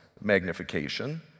magnification